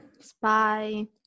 spy